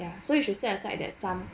ya so you should set aside that some